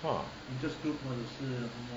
!wah!